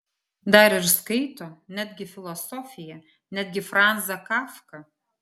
dar ir skaito netgi filosofiją netgi franzą kafką